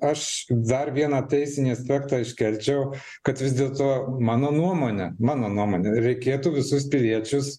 aš dar vieną teisinį aspektą iškelčiau kad vis dėlto mano nuomone mano nuomone reikėtų visus piliečius